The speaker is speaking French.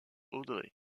audrey